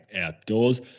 outdoors